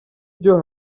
byo